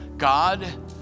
God